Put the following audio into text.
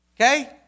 okay